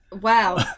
wow